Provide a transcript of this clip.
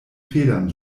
federn